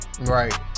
right